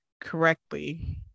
correctly